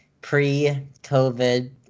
pre-COVID